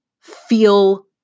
feel